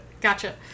Gotcha